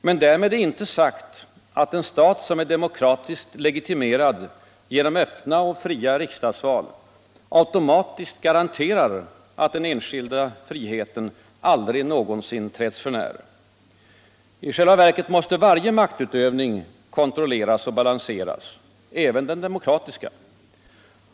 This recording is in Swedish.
Men därmed är inte sagt att en stat som är demokratiskt legitimerad genom öppna och fria riksdagsval automatiskt garanterar att den enskilda friheten aldrig någonsin träds för när. I själva verket måste varje maktutövning kontrolleras och balanseras, även den demokratiska.